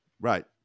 Right